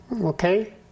Okay